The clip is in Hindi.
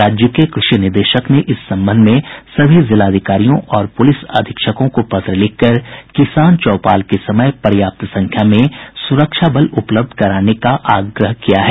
राज्य के कृषि निदेशक ने इस संबंध में सभी जिलाधिकारियों और पुलिस अधीक्षकों को पत्र लिखकर किसान चौपाल के समय पर्याप्त संख्या में सुरक्षा बल उपलब्ध कराने का आग्रह किया है